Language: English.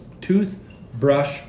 toothbrush